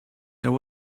there